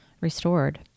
restored